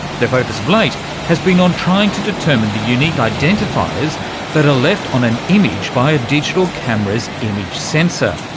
their focus of late has been on trying to determine the unique identifiers that are left on an image by a digital camera's image sensor,